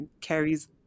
Carrie's